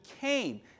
came